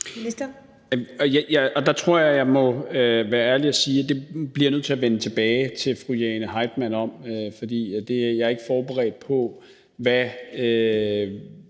Der tror jeg, at jeg må være ærlig og sige, at det bliver jeg nødt til at vende tilbage til fru Jane Heitmann om, for jeg er ikke forberedt på, hvilket